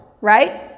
right